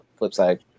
Flipside